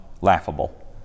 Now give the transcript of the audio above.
laughable